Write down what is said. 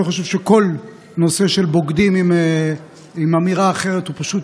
אני חושב שכל הנושא של "בוגדים" באמירה אחרת הוא פשוט